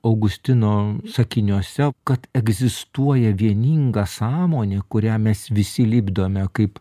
augustino sakiniuose kad egzistuoja vieninga sąmonė kurią mes visi lipdome kaip